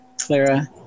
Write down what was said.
Clara